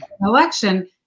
election